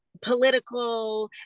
political